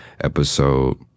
episode